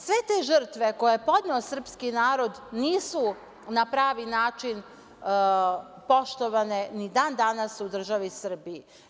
Sve te žrtve koje je podneo srpski narod nisu na pravi način poštovane ni dan danas u državi Srbiji.